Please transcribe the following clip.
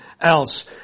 else